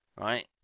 Right